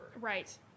Right